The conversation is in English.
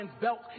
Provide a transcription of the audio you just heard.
belt